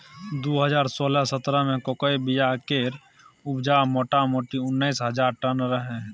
दु हजार सोलह सतरह मे कोकोक बीया केर उपजा मोटामोटी उन्नैस हजार टन रहय